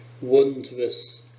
wondrous